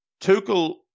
Tuchel